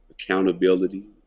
accountability